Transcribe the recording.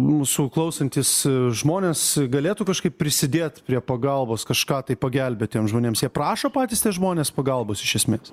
mūsų klausantys žmonės galėtų kažkaip prisidėt prie pagalbos kažką tai pagelbėt tiems žmonėms jie prašo patys tie žmonės pagalbos iš esmės